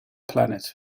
planet